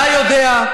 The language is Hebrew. אתה יודע,